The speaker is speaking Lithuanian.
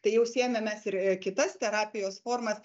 tai jau siejame mes ir kitas terapijos formas